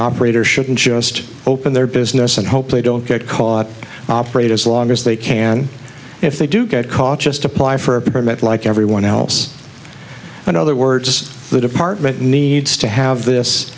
operator shouldn't just open their business and hope they don't get caught operate as long as they can if they do get caught just apply for a permit like everyone else in other words the department needs to have this